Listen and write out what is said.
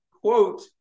quote